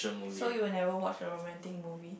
so you'll never watch a romantic movie